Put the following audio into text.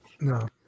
No